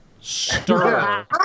Stir